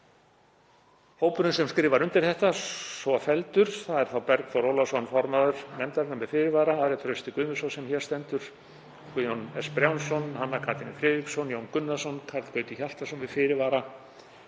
hópurinn sem skrifar undir álitið þessi: Bergþór Ólason, formaður nefndarinnar, með fyrirvara, Ari Trausti Guðmundsson, sem hér stendur, Guðjón S. Brjánsson, Hanna Katrín Friðriksson, Jón Gunnarsson, Karl Gauti Hjaltason, með fyrirvara,